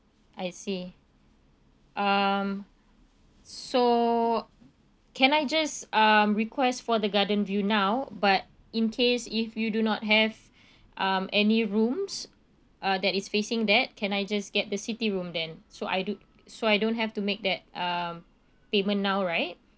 I see um so can I just um request for the garden view now but in case if you do not have um any rooms uh that is facing that can I just get the city room then so I do so I don't have to make that um payment now right